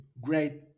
great